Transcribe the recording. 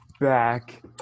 back